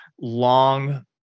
long